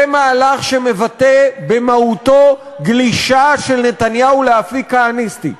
זה מהלך שמבטא במהותו גלישה של נתניהו לאפיק כהניסטי.